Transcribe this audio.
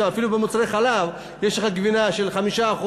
אפילו במוצרי חלב: יש לך גבינה של 5%